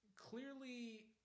Clearly